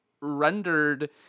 rendered